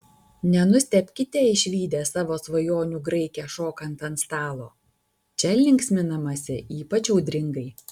nenustebkite išvydę savo svajonių graikę šokant ant stalo čia linksminamasi ypač audringai